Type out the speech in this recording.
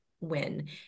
win